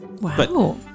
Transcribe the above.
Wow